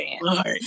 Lord